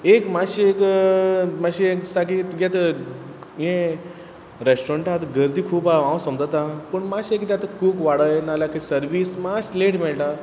एक मातशी एक मातशे दिसता की तुगे ते हें रेस्टोरंटा गर्दी खूब आसा हांव समजतां पूण मातशें एकदां कूक वाडय नाल्यार सर्वीस मातशी लेट मेळटा